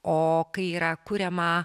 o kai yra kuriama